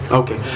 okay